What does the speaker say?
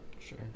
Sure